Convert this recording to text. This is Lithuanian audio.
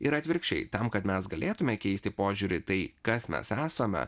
ir atvirkščiai tam kad mes galėtume keisti požiūrį tai kas mes esame